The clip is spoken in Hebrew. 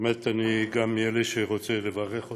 באמת גם אני מאלה שרוצים לברך אותך,